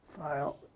file